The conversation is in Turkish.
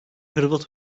hırvat